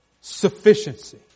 sufficiency